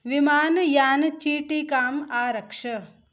विमानयान चीटिकाम् आरक्ष